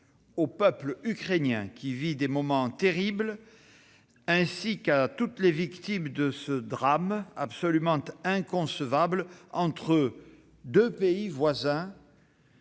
au peuple ukrainien qui vit des moments terribles, ainsi qu'à toutes les victimes de ce drame, absolument inconcevable entre deux pays voisins